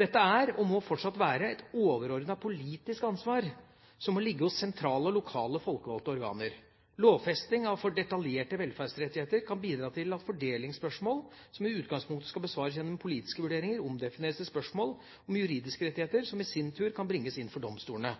Dette er, og må fortsatt være, et overordnet politisk ansvar som må ligge hos sentrale og lokale folkevalgte organer. Lovfesting av for detaljerte velferdsrettigheter kan bidra til at fordelingsspørsmål som i utgangspunktet skal besvares gjennom politiske vurderinger, omdefineres til spørsmål om juridiske rettigheter, som i sin tur kan bringes inn for domstolene.